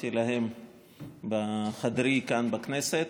הקשבתי להן בחדרי כאן בכנסת.